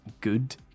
good